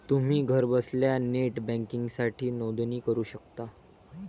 तुम्ही घरबसल्या नेट बँकिंगसाठी नोंदणी करू शकता